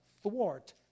thwart